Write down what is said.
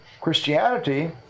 Christianity